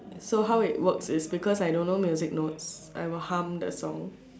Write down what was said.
so how it works is because I don't know music notes I will hum the song